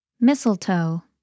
mistletoe